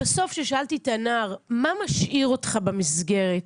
בסוף כששאלתי את הנער מה משאיר אותך במסגרת,